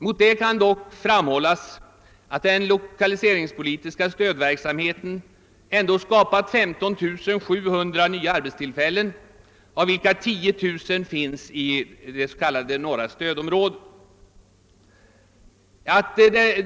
Mot detta kan dock framhållas att den lokaliseringspolitiska stödverksamheten skapat 15700 nya arbetstillfällen, av vilka 10 000 inrättats inom det s.k. norra stödområdet.